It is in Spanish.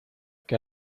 que